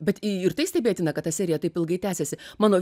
bet į ir tai stebėtina kad ta serija taip ilgai tęsiasi mano